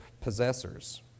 possessors